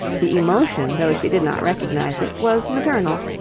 the emotion, though she did not recognize it, was maternal.